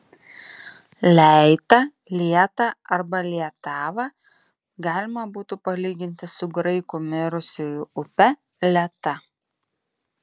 leitą lietą arba lietavą galima būtų palyginti su graikų mirusiųjų upe leta